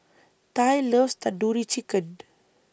Tye loves Tandoori Chicken